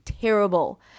terrible